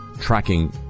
tracking